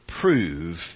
prove